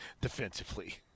defensively